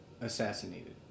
assassinated